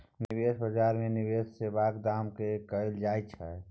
निबेश बजार मे निबेश सेबाक दाम तय कएल जाइ छै